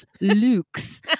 Luke's